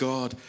God